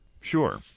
sure